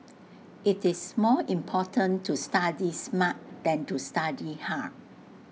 IT is more important to study smart than to study hard